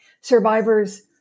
survivors